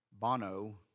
Bono